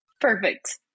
Perfect